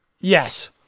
Yes